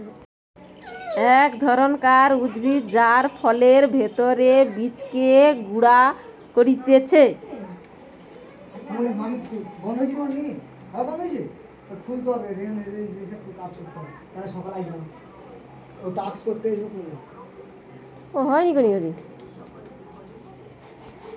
এক ধরণকার উদ্ভিদ যার ফলের ভেতরের বীজকে গুঁড়া করতিছে